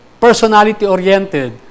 personality-oriented